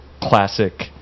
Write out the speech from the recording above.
classic